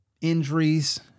injuries